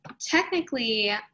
technically